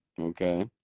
Okay